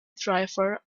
driver